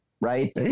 right